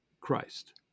Christ